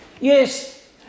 Yes